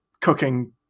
cooking